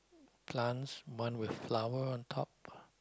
plants one with flower on top